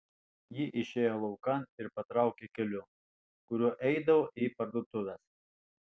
ji išėjo laukan ir patraukė keliu kuriuo eidavo į parduotuves